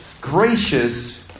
gracious